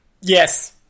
yes